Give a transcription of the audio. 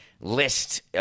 list